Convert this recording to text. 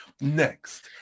next